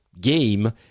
game